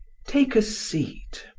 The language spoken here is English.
take a seat,